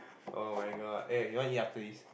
[oh]-my-god eh you want eat after this